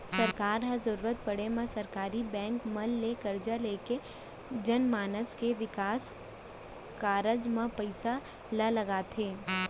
सरकार ह जरुरत पड़े म सरकारी बेंक मन ले करजा लेके जनमानस के बिकास कारज म पइसा ल लगाथे